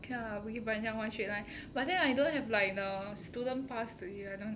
okay lah bukit panjang [one] straight line but then I don't have like the student pass